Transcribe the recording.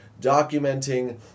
documenting